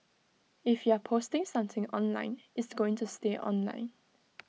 if you're posting something online it's going to stay online